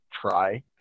try